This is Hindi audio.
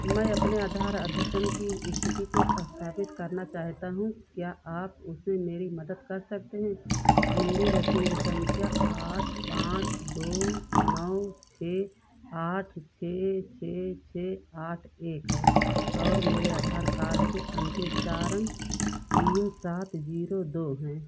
मैं अपने आधार अद्यतन की इस्थिति को स्थापित करना चाहता हूँ क्या आप उसमें मेरी मदद कर सकते हैं मेरी रसीद सँख्या आठ पाँच दो नौ छह आठ छह छह छह आठ एक है और मेरे आधार कार्ड के अन्तिम चार अंक तीन सात ज़ीरो दो हैं